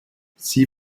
sie